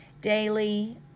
daily